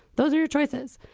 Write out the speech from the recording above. those are your choices.